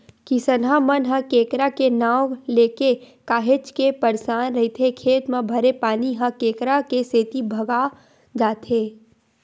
किसनहा मन ह केंकरा के नांव लेके काहेच के परसान रहिथे खेत म भरे पानी ह केंकरा के सेती भगा जाथे